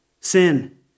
sin